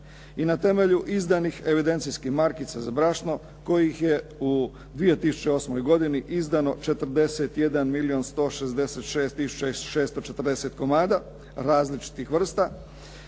I na temelju izdanih evidencijskih markica za brašno kojih je u 2008. godini izdano 41 milijun 166 tisuća 640 komada različitih vrsta,